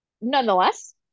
nonetheless